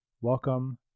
Welcome